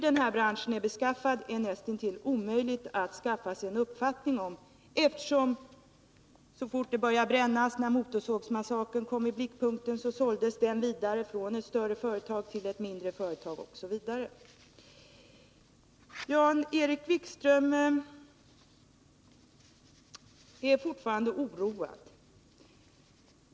Det är nästan omöjligt att skaffa sig en uppfattning om hur branschen är beskaffad. När Motorsågsmassakern kom i blickpunkten och det började brännas, såldes den vidare från ett större företag till ett mindre, Osv. Jan-Erik Wikström är fortfarande oroad.